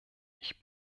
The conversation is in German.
ich